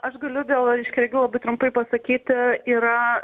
aš galiu dėl aiškiaregių labai trumpai pasakyti yra